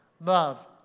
love